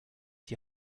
die